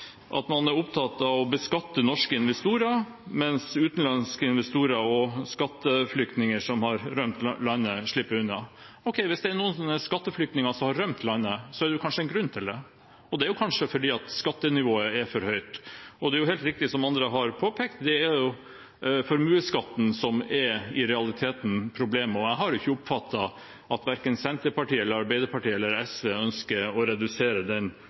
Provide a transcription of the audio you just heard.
at man er opptatt av å beskatte norske investorer, mens utenlandske investorer og skatteflyktninger som har rømt landet, slipper unna. Hvis det er skatteflyktninger som har rømt landet, er det kanskje en grunn til det. Det er kanskje fordi skattenivået er for høyt. Det er, som andre har påpekt, formuesskatten som i realiteten er problemet. Jeg har ikke oppfattet at verken Senterpartiet, Arbeiderpartiet eller SV ønsker å redusere den